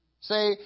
Say